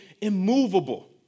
immovable